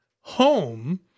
home—